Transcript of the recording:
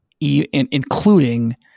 including